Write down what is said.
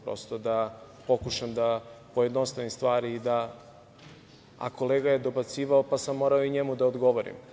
Prosto da pokušam da pojednostavim stvari, a kolega je dobacivao pa sam morao da odgovorim.